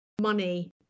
money